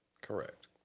Correct